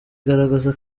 igaragaza